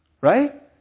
right